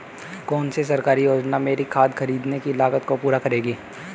कौन सी सरकारी योजना मेरी खाद खरीदने की लागत को पूरा करेगी?